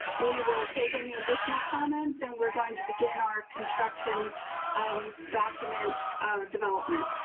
we will take any additional comments and we're going to begin our construction um document development.